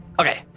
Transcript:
Okay